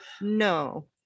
no